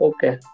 Okay